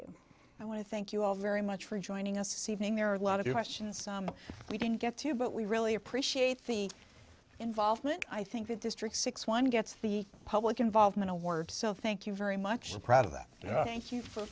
you i want to thank you all very much for joining us evening there are a lot of questions some we didn't get to but we really appreciate the involvement i think the district six one gets the public involvement a word so thank you very much